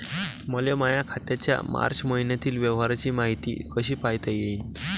मले माया खात्याच्या मार्च मईन्यातील व्यवहाराची मायती कशी पायता येईन?